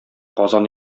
казан